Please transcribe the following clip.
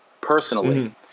personally